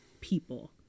people